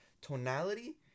tonality